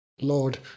Lord